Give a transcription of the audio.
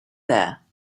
there